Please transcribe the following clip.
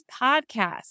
podcast